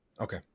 Okay